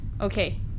Okay